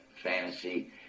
Fantasy